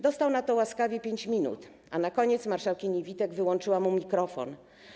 Dostał na to łaskawie 5 minut, a na koniec marszałkini Witek wyłączyła mu mikrofon.